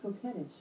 coquettish